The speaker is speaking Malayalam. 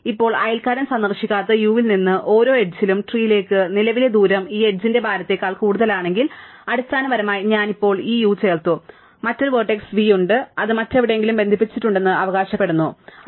ഇപ്പോൾ അയൽക്കാരൻ സന്ദർശിക്കാത്ത u യിൽ നിന്നുള്ള ഓരോ എഡ്ജ് ലും ട്രീലേക്കുള്ള നിലവിലെ ദൂരം ഈ എഡ്ജ് ന്റെ ഭാരത്തേക്കാൾ കൂടുതലാണെങ്കിൽ അടിസ്ഥാനപരമായി ഞാൻ ഇപ്പോൾ ഈ u ചേർത്തു മറ്റൊരു വെർട്ടെക്സ് v ഉണ്ട് അത് മറ്റെവിടെയെങ്കിലും ബന്ധിപ്പിച്ചിട്ടുണ്ടെന്ന് അവകാശപ്പെടുന്നു ശരിയാണ്